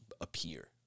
appear